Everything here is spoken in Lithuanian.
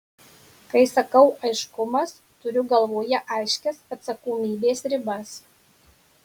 kai sakau aiškumas turiu galvoje aiškias atsakomybės ribas